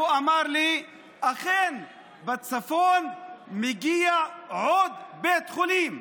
הוא אמר לי: אכן, בצפון מגיע עוד בית חולים.